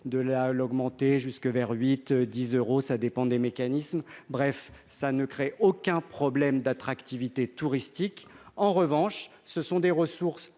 la l'augmenter jusque vers huit dix euros, ça dépend des mécanismes bref ça ne crée aucun problème d'attractivité touristique en revanche, ce sont des ressources